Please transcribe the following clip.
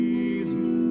Jesus